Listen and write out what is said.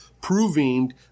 proving